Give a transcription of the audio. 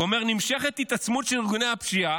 והוא אומר: נמשכת התעצמות של ארגוני הפשיעה,